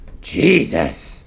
Jesus